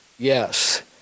Yes